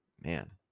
man